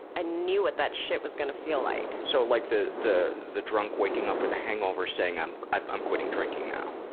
i knew what that shit was going to feel like. so like the the drunk waking up with a hangover saying, i'm i'm quitting drinking now.